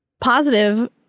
positive